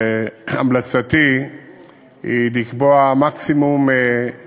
שהמלצתי היא לקבוע מקסימום של